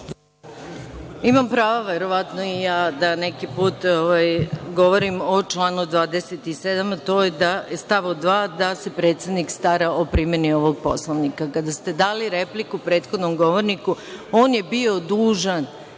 Imam prava, verovatno i ja da neki put govorim o članu 27. stav 2, a to je da se predsednik stara o primeni ovog Poslovnika. Kada ste dali repliku prethodnom govorniku, on je bio dužan